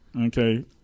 Okay